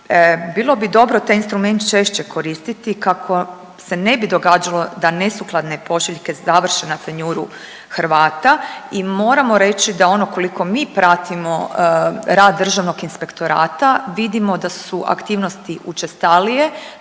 Bilo bi dobro taj instrument češće koristiti kako se ne bi događalo da nesukladne pošiljke završe na tanjuru Hrvata i moramo reći da onoliko koliko mi pratimo rad Državnog inspektora vidimo da su aktivnosti učestalije,